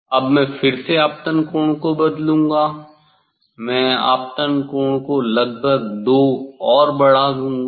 अब मैं फिर से आपतन कोण को बदलूंगा मैं आपतन कोण को लगभग दो और बढ़ा दूंगा